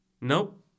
Nope